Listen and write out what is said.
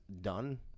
done